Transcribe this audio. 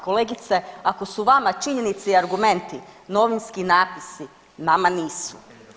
Kolegice ako su vama činjenice i argumenti novinski natpisi, nama nisu.